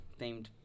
themed